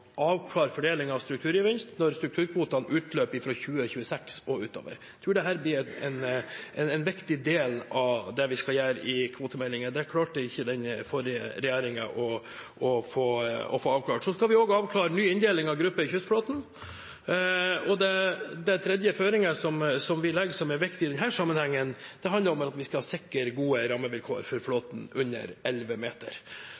avklare fordelingen av strukturgevinst når strukturkvotene utløper fra 2026 og utover. Jeg tror dette blir en viktig del av det vi skal gjøre i forbindelse med kvotemeldingen. Det klarte ikke den forrige regjeringen å få avklart. Vi skal også avklare ny inndeling av gruppe i kystflåten. Den tredje føringen som vi legger, og som er viktig i denne sammenhengen, handler om at vi skal sikre gode rammevilkår for